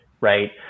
right